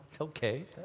Okay